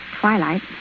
Twilight